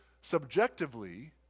subjectively